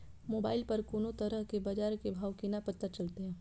Mobile पर कोनो तरह के बाजार के भाव केना पता चलते?